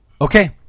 Okay